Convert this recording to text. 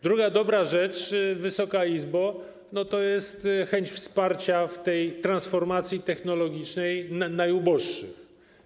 Druga dobra rzecz, Wysoka Izbo, to chęć wsparcia w transformacji technologicznej najuboższych.